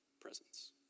presence